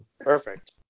perfect